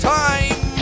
time